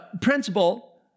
principle